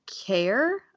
care